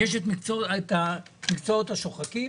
יש את המקצועות השוחקים